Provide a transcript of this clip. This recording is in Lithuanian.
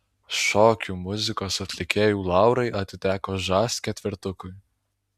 šokių muzikos atlikėjų laurai atiteko žas ketvertukui